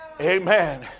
amen